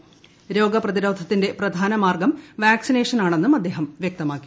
പൂരോഗപ്രതിരോധത്തിന്റെ പ്രധാനമാർഗ്ഗം വാക്സിനേഷനാണെന്നും അദ്ദേഹം വ്യക്തമാക്കി